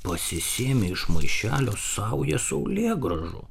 pasisėmė iš maišelio saują saulėgrąžų